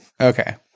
Okay